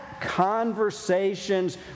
conversations